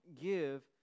give